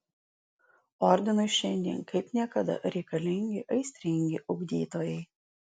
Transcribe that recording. ordinui šiandien kaip niekada reikalingi aistringi ugdytojai